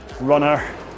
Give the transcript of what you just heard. runner